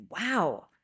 wow